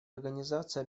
организация